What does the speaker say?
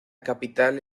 capital